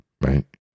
right